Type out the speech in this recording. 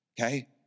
Okay